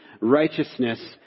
righteousness